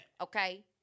Okay